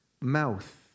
mouth